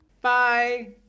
Bye